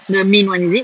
the main one is it